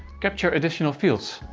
capture additional fields,